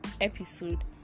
episode